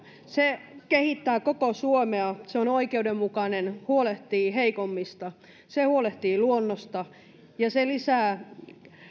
se kehittää koko suomea se on oikeudenmukainen huolehtii heikommista se huolehtii luonnosta ja se lisää